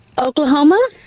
Oklahoma